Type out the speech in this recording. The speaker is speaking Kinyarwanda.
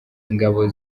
ingabo